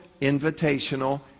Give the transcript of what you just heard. invitational